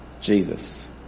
Jesus